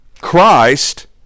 Christ